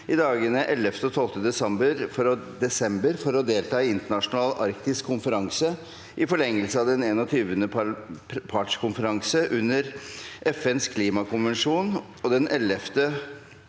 i dagene 11. og 12. desember for å delta i internasjonal arktisk konferanse i forlengelse av den 21. partskonferanse under FNs klimakonvensjon og det 11.